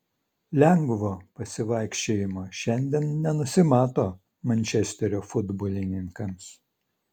lengvo pasivaikščiojimo šiandien nenusimato mančesterio futbolininkams